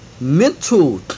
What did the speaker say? mental